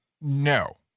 No